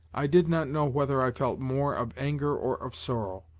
i did not know whether i felt more of anger or of sorrow.